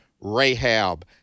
Rahab